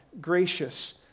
gracious